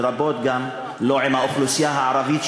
לרבות האוכלוסייה הערבית,